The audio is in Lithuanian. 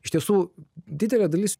iš tiesų didelė dalis